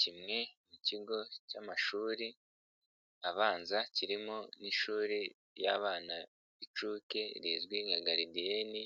Kimwe ni ikigo cy'amashuri abanza kirimo n'ishuri ry'abana b'inshuke rizwi nka garidiyeni,